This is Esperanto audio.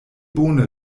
bone